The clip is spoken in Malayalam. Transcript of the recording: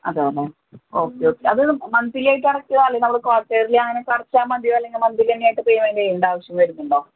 അതാണോ ഒക്കെ ഒക്കെ അത് മന്ത്ലി ആയിട്ട് അടക്കുക അല്ലെങ്കിൽ ക്വാർട്ടെർലി അല്ലെങ്കിൽ മന്ത്ലി തന്നെ ആയിട്ട് പേയ്മെൻ്റ് ചെയ്യേണ്ട ആവശ്യം വരുന്നുണ്ടോ